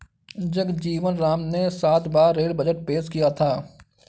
जगजीवन राम ने सात बार रेल बजट पेश किया था